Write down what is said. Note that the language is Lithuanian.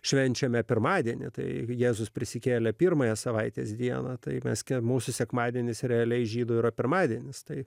švenčiame pirmadienį tai jėzus prisikėlė pirmąją savaitės dieną taip mes kiek mūsų sekmadienis realiai žydų yra pirmadienis tai